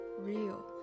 real